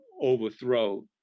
overthrow